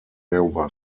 iowa